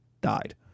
died